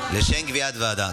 לשם קביעת ועדה.